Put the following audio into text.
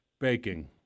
baking